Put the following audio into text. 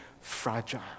fragile